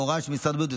בהוראת משרד הבריאות,